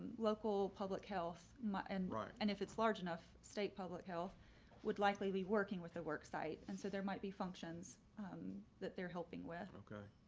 local public health might enroll. and if it's large enough state public health would likely be working with the worksite. and so there might be functions um that they're helping with. okay.